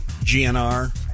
GNR